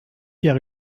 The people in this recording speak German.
jahre